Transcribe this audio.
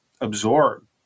absorb